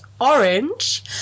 orange